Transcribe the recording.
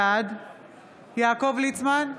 בעד יעקב ליצמן,